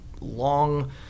long